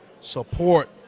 support